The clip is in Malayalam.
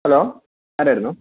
ഹലോ ആരായിരുന്നു